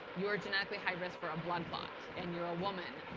you're genetically high risk for a blood clot, and you're a woman.